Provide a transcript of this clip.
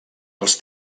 els